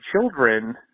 children